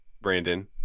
Brandon